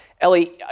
Ellie